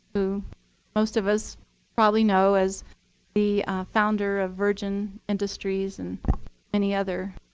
who most of us probably know as the founder of virgin industries and many other